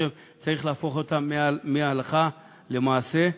צריך להפוך מהלכה למעשה.